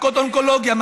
במחלקות אונקולוגיה,